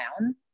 down